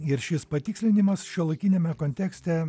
ir šis patikslinimas šiuolaikiniame kontekste